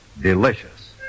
delicious